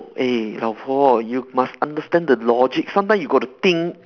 eh 老婆 you must understand the logic sometimes you got to think